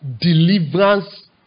deliverance